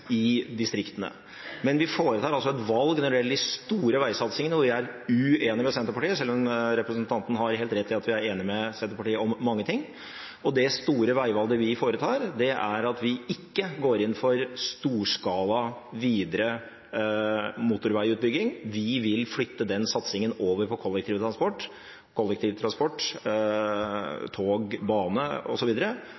i distriktene. Men vi foretar altså et valg når det gjelder de store veisatsingene, og jeg er uenig med Senterpartiet, selv om representanten Navarsete har helt rett i at vi er enige med Senterpartiet om mange ting. Det store veivalget vi foretar, er at vi ikke går inn for en storskala videre motorveiutbygging. Vi vil flytte den satsingen over på